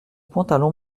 pantalons